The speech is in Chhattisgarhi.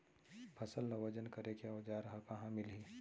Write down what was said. फसल ला वजन करे के औज़ार हा कहाँ मिलही?